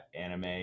anime